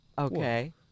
Okay